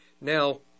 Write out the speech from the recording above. Now